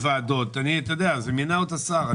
אני --- מינה אותה שר,